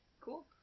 Cool